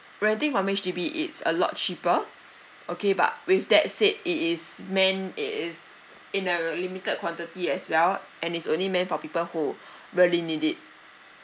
renting from H_D_B is a lot cheaper okay but with that said it is meant it is in a limited quantity as well and it's only meant for people who really need it